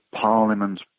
parliament